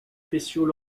spéciaux